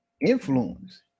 influence